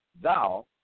thou